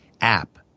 app